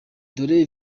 dore